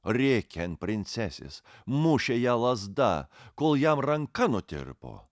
rėkė ant princesės mušė ją lazda kol jam ranka nutirpo